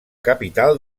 capital